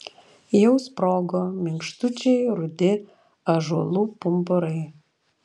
jau sprogo minkštučiai rudi ąžuolų pumpurai